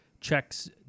checks